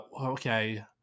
Okay